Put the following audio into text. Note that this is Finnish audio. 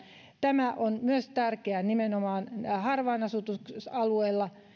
tämä on myös tärkeää nimenomaan harvaan asutuilla alueilla